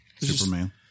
Superman